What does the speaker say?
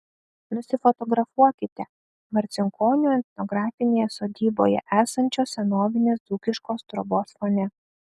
nusifotografuokite marcinkonių etnografinėje sodyboje esančios senovinės dzūkiškos trobos fone